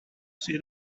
see